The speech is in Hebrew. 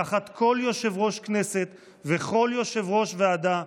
תחת כל יושב-ראש כנסת וכל יושב-ראש ועדה,